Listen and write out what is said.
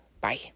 Bye